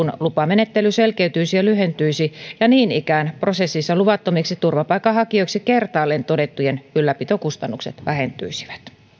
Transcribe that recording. lupamenettely selkeytyisi ja lyhentyisi ja niin ikään prosessissa luvattomiksi turvapaikanhakijoiksi kertaalleen todettujen ylläpitokustannukset vähentyisivät